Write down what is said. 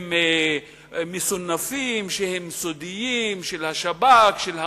שהם מסונפים, שהם סודיים, של השב"כ, של המוסד,